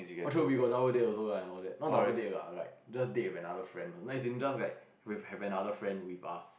oh true we got double date also and all that not double date lah like just date with another friend no as in just like have another friend with us